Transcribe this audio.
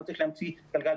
לא צריך להמציא את הגלגל,